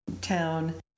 town